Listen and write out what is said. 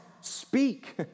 speak